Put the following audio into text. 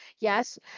Yes